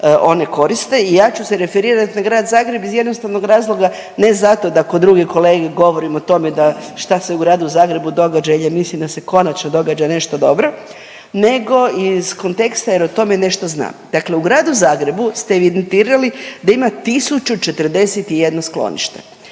oni koriste i ja ću se referirati na grad Zagreb iz jednostavnog razloga ne zato da ko druge kolege govorim o tome da šta se u gradu Zagrebu događa i da mislim da se konačno događa nešto dobro, nego ih konteksta jer o tome nešto znam. Dakle, u gradu Zagrebu ste evidentirali da ima 1.041 sklonište,